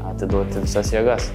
atiduoti visas jėgas